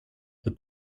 the